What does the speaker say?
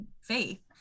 faith